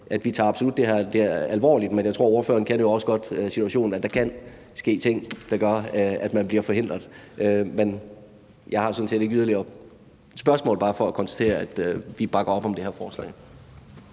at vi absolut tager det her alvorligt, men jeg tror også, ordføreren godt kender situationen – at der kan ske ting, der gør, at man bliver forhindret. Jeg har sådan set ikke yderligere spørgsmål, men jeg vil bare tilkendegive, at vi bakker op om det her forslag.